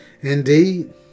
Indeed